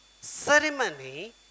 ceremony